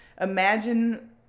imagine